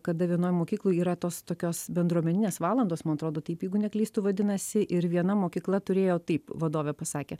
kada vienoj mokykloj yra tos tokios bendruomeninės valandos man atrodo taip jeigu neklystu vadinasi ir viena mokykla turėjo taip vadovė pasakė